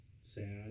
sad